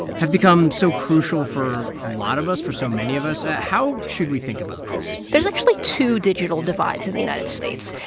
have become so crucial for a lot of us, for so many of us. how should we think about this? there's actually two digital divides in the united states.